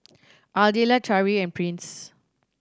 Ardelle Tari and Prince